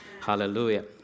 Hallelujah